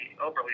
overly